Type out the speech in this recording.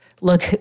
look